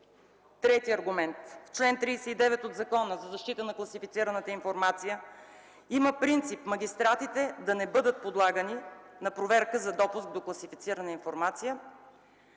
Трети аргумент – в чл. 39 от Закона за защита на класифицираната информация има принцип магистратите да не бъдат подлагани на проверка за допуск до класифицирана информация